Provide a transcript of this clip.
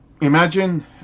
Imagine